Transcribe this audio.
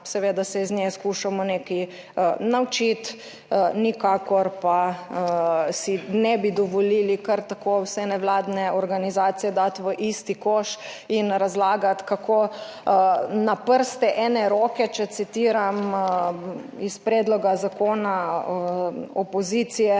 seveda se iz nje skušamo nekaj naučiti, nikakor pa si ne bi dovolili kar tako vse nevladne organizacije dati v isti koš in razlagati kako na prste ene roke, če citiram iz predloga zakona opozicije,